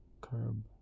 curb